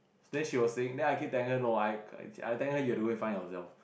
then she was saying then I keep telling her no I I tell her you have to go and find yourself